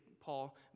Paul